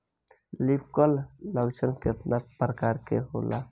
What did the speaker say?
Leaf curl लक्षण केतना परकार के होला?